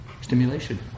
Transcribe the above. stimulation